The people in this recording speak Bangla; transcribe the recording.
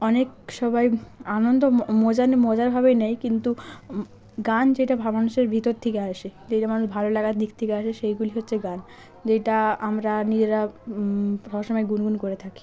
অনেক সবাই আনন্দ ম মজা মজারভাবে নেয় কিন্তু গান যেটা মানুষের ভিতর থেকে আসে যেটা মানুষ ভালো লাগার দিক থেকে আসে সেইগুলি হচ্ছে গান যেইটা আমরা নিজেরা সব সময় গুনগুন করে থাকি